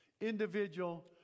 individual